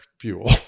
fuel